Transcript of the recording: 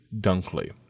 Dunkley